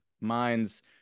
minds